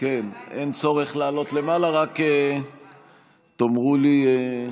אין צורך לעלות למעלה, רק תאמרו לי.